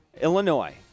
Illinois